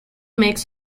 makes